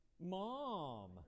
Mom